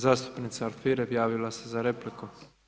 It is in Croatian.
Zastupnica Alfirev javila se za repliku,